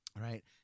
right